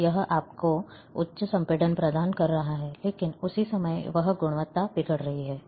तो यह आपको उच्च संपीड़न प्रदान कर रहा है लेकिन उसी समय यह गुणवत्ता बिगड़ रहा है